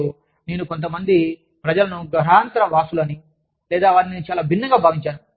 మరియు నేను కొంత మంది ప్రజలను గ్రహాంతరవాసులని లేదా వారిని నేను చాలా భిన్నంగా భావించాను